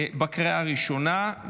בקריאה הראשונה.